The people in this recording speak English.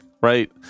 right